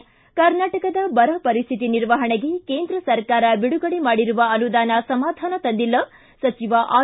ಕು ಕರ್ನಾಟಕದ ಬರ ಪರಿಸ್ವಿತಿ ನಿರ್ವಹಣೆಗೆ ಕೇಂದ್ರ ಸರಕಾರ ಬಿಡುಗಡೆ ಮಾಡಿರುವ ಅನುದಾನ ಸಮಾಧಾನ ತಂದಿಲ್ಲ ಸಚಿವ ಆರ್